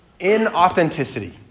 inauthenticity